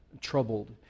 troubled